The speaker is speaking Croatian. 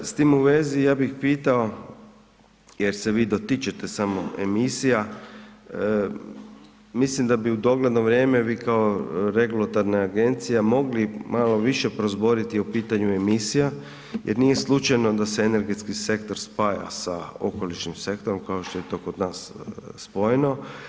S tim u vezi ja bih pitao, jer se vi dotičete samo emisija, mislim da bi u dogledno vrijeme vi kao regulatorna agencija mogli malo više prozboriti o pitanju emisija jer nije slučajno da se energetski sektor spaja sa okolišnim sektorom kao što je to kod nas spojeno.